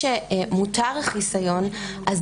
שמרגע שמותר החיסיון,